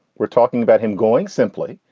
we're talking about him going simply.